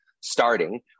starting